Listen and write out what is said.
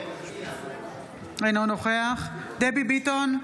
אינו נוכח דבי ביטון,